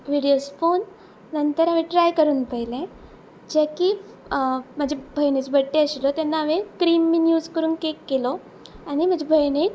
videos पळोवन नंतर हांवेन ट्राय करून पयले जे की म्हजे भयनेचो बड्डे आशिल्लो तेन्ना हांवेन क्रीम बीन यूज करून केक केलो आनी म्हज्या भयणीक